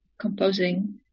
composing